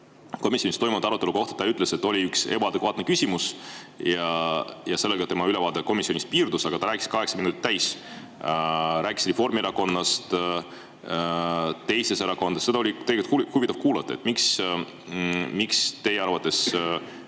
Komisjonis toimunud arutelu kohta ütles ta, et oli üks ebaadekvaatne küsimus, ja sellega tema ülevaade komisjoni [arutelust] piirdus. Aga ta rääkis kaheksa minutit täis, rääkis Reformierakonnast, teistest erakondadest. Seda oli tegelikult huvitav kuulata. Miks teie arvates